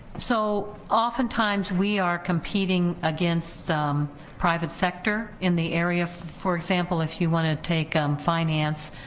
so oftentimes we are competing against private sector in the area. for example, if you wanna take um finance,